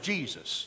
Jesus